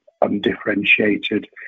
undifferentiated